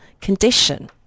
condition